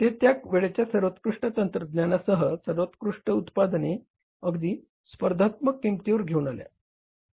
ते त्या वेळेच्या सर्वोत्कृष्ट तंत्रज्ञानासह सर्वोत्कृष्ट उत्पादने अगदी स्पर्धात्मक किंमतीवर घेऊन आल्या